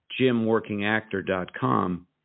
JimWorkingActor.com